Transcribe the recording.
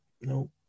Nope